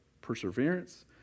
perseverance